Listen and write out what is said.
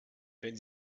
wenn